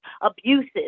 abuses